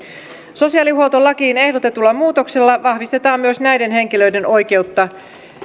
sosiaalihuoltolakiin ehdotetulla muutoksella vahvistetaan myös näiden henkilöiden oikeutta